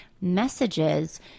messages